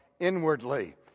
inwardly